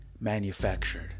manufactured